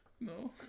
No